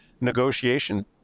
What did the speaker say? negotiation